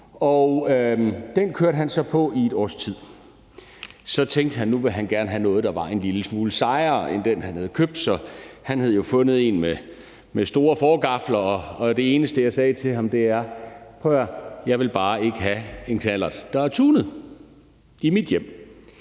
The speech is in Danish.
og den kørte han så på i et års tid. Så tænkte han, at nu ville han gerne have noget, der var en lille smule sejere end den, han havde købt. Så han havde jo fundet en med meget store forgafler, og det eneste, jeg sagde til ham, er: Prøv at høre her. Jeg vil bare ikke have en knallert, der er tunet, i mit hjem.